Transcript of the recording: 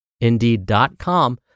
indeed.com